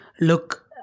look